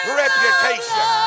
reputation